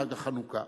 חג החנוכה.